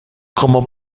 como